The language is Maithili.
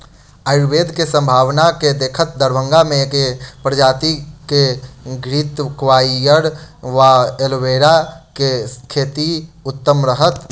आयुर्वेद केँ सम्भावना केँ देखैत दरभंगा मे केँ प्रजाति केँ घृतक्वाइर वा एलोवेरा केँ खेती उत्तम रहत?